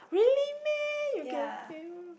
really meh you can fail